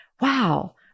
wow